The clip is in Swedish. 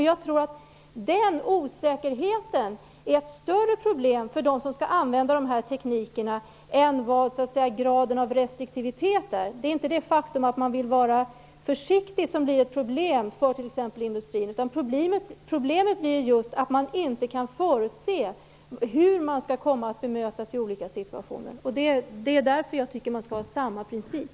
Den osäkerheten är ett större problem för dem som skall använda dessa tekniker än vad graden av restriktivitet är. Det är inte det faktum att man skall vara försiktig som blir ett problem i industrin. Problemet är just att man inte kan förutse hur man kommer att bemötas i olika situationer. Det är därför jag tycker att man skall ha samma princip.